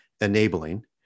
enabling